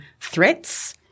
threats